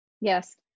Yes